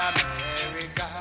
America